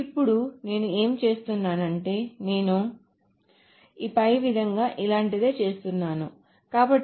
ఇప్పుడు నేను ఏమి చేస్తున్నానంటే నేను ఇలాంటిదే చేస్తున్నాను కాబట్టి